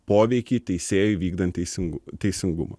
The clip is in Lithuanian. poveikį teisėjui vykdant teisingu teisingumą